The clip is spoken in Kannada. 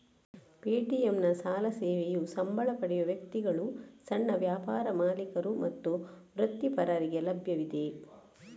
ಪೇಟಿಎಂನ ಸಾಲ ಸೇವೆಯು ಸಂಬಳ ಪಡೆಯುವ ವ್ಯಕ್ತಿಗಳು, ಸಣ್ಣ ವ್ಯಾಪಾರ ಮಾಲೀಕರು ಮತ್ತು ವೃತ್ತಿಪರರಿಗೆ ಲಭ್ಯವಿದೆ